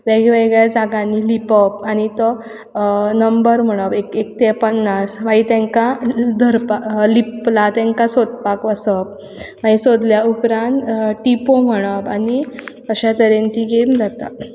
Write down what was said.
वेगळ्यावेगळ्या जाग्यांनी लिपप आनी तो नंबर म्हणप एक ते पन्नास मागीर तेंकां धरपाक लिपलां तेंकां सोदपाक वसप मागीर सोदल्या उपरांत टिपो म्हणप आनी अशा तरेन ती गेम जाता